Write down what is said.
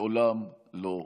לעולם לא עוד.